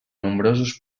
nombrosos